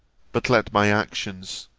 but let my actions,